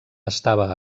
estava